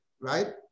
right